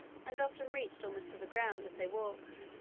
and often reached almost to the ground as they walked.